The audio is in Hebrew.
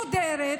מודרת,